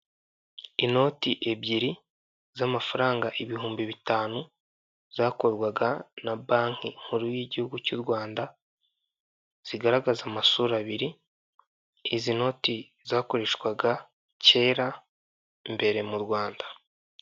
Inoti ebyiri z'amafaranga ibihumbi bitanu zakorwaga na banki nkuru y'igihugu cy' u Rwanda zigaragaza amasura abiri, izi noti zakoreshwaga kera mbere mu Rwanda.